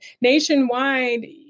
nationwide